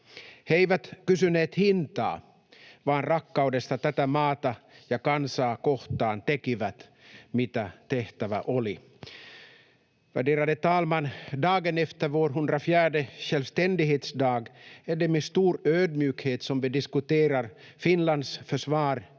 He eivät kysyneet hintaa, vaan rakkaudesta tätä maata ja kansaa kohtaan tekivät, mitä tehtävä oli. Värderade talman! Dagen efter vår 104:e självständighetsdag är det med stor ödmjukhet som vi diskuterar Finlands försvar i nuläget